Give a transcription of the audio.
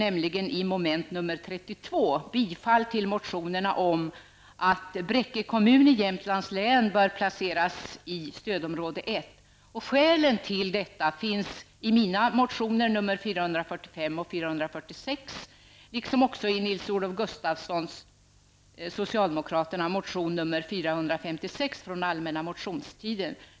Den innebär bifall till motionerna om att Bräcke kommun i Jämtlands län skall placeras i stödområde 1. Skälen till detta finns i mina egna motioner 445 och 446 liksom i Nils-Olof Gustafssons motion 456 från den allmänna motionstiden.